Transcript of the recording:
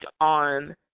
on